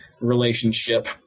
relationship